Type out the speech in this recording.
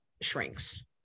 shrinks